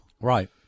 Right